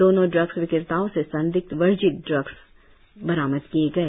दोनों ड्रग्स विक्रेताओं से संदिग्ध वर्जित ड्रग्स बरामद किए गए